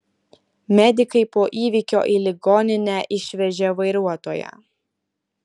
medikai po įvykio į ligoninę išvežė vairuotoją